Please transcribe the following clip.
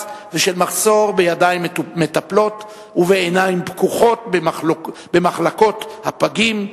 ושל מחסור בידיים מטפלות ובעיניים פקוחות במחלקות הפגעים,